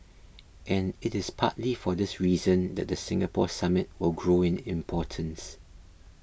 and it is partly for this reason that the Singapore Summit will grow in importance